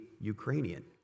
Ukrainian